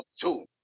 two